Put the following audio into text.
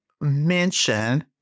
mention